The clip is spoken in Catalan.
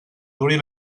duri